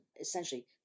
essentially